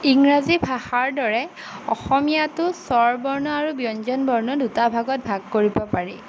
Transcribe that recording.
ইংৰাজী ভাষাৰ দৰে অসমীয়াটো স্বৰ বৰ্ণ আৰু ব্যঞ্জন বৰ্ণ দুটা ভাগত ভাগ কৰিব পাৰি